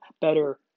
Better